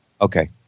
Okay